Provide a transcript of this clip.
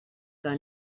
que